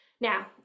Now